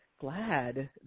glad